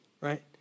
right